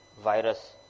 virus